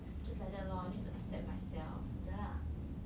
just like that lor I need to accept myself ya lah